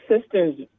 sisters